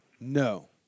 No